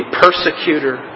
persecutor